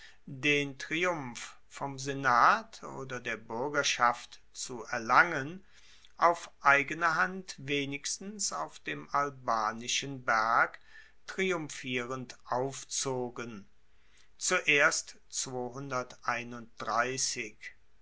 den triumph vom senat oder der buergerschaft zu erlangen auf eigene hand wenigstens auf dem albanischen berg triumphierend aufzogen